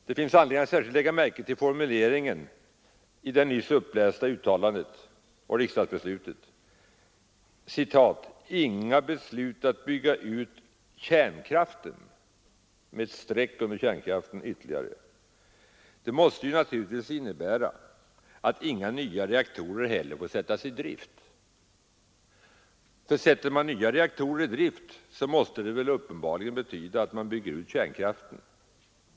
Det finns anledning att lägga märke till formuleringen i det nyss upplästa uttalandet: ”inga beslut att bygga ut kärnkraften ytterligare”. Detta måste naturligtvis innebära att inga nya reaktorer heller får sättas i gång, för sätter man i gång nya reaktorer måste det uppenbarligen betyda att man bygger ut kärnkraften.